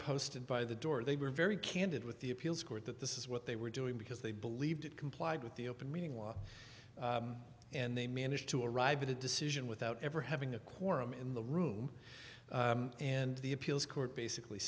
and by the door they were very candid with the appeals court that this is what they were doing because they believed it complied with the open meeting law and they managed to arrive at a decision without ever having a quorum in the room and the appeals court basically